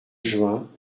juin